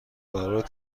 برابر